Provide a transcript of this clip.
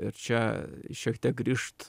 ir čia šiek tiek grįžt